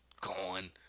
gone